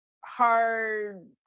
hard